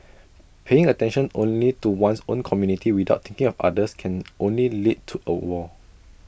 paying attention only to one's own community without thinking of others can only lead to A wall